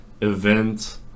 event